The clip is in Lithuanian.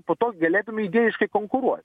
po to galėtume idėjiškai konkuruot